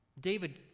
David